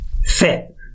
fit